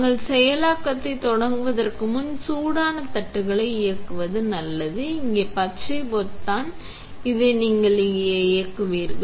நாங்கள் செயலாக்கத்தைத் தொடங்குவதற்கு முன் சூடான தட்டுகளை இயக்குவது நல்லது இங்கே பச்சை பொத்தானில் நீங்கள் இயக்குவீர்கள்